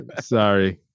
Sorry